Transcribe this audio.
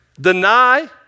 deny